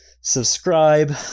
subscribe